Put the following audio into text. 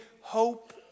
hope